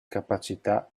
capacità